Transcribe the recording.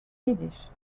yiddish